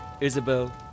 Isabel